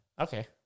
Okay